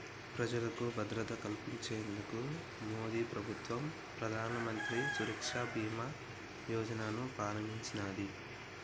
ప్రజలకు భద్రత కల్పించేందుకు మోదీప్రభుత్వం ప్రధానమంత్రి సురక్ష బీమా యోజనను ప్రారంభించినాది